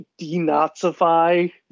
denazify